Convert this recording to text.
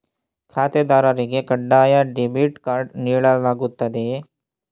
ಖಾತೆದಾರರಿಗೆ ಕಡ್ಡಾಯ debit card ನೀಡಲಾಗುತ್ತದೆಯೇ?